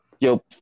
Yo